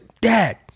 dad